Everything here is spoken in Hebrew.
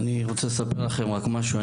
אני רק רוצה לספר לכם משהו אחד בעניין הזה.